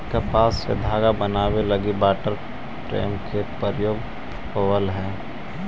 कपास से धागा बनावे लगी वाटर फ्रेम के प्रयोग होवऽ हलई